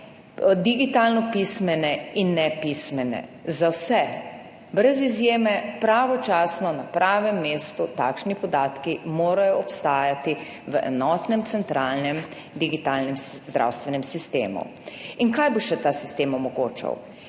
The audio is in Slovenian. digitalno pismene in nepismene, za vse, brez izjeme, pravočasno na pravem mestu, takšni podatki morajo obstajati v enotnem centralnem digitalnem zdravstvenem sistemu. In kaj bo še ta sistem omogočal?